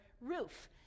roof